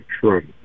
Trump